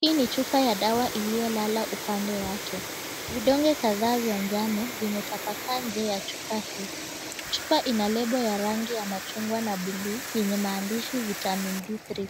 Hii ni chupa ya dawa iliyolala upande wake vidonge kadhaa vya njano vimetapakaa juu ya chupa hii. Chupa ina lebo ya rangi ya machungwa na buluu yenye maandishi Vitamini D3.